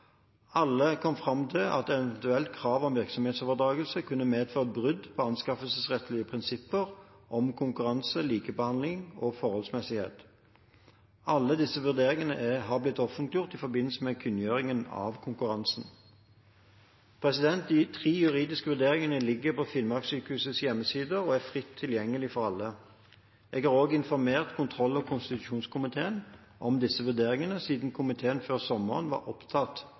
Alle kom fram til at et eventuelt krav om virksomhetsoverdragelse kunne medføre brudd på anskaffelsesrettslige prinsipper om konkurranse, likebehandling og forholdsmessighet. Alle disse vurderingene har blitt offentliggjort i forbindelse med kunngjøringen av konkurransen. De tre juridiske vurderingene ligger på Finnmarkssykehusets hjemmesider og er fritt tilgjengelig for alle. Jeg har også informert kontroll- og konstitusjonskomiteen om disse vurderingene, siden komiteen før sommeren var opptatt